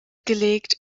gelegt